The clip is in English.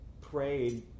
prayed